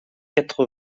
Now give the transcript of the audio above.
quatre